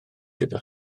gyda